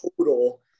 total